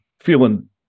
feeling